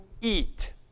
eat